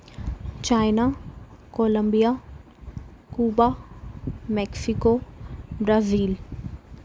China Columbia Cuba Mexico Brazil